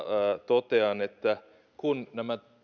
totean että kun nämä